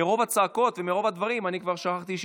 הצבעה.